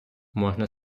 можна